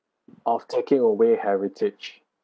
of taking away heritage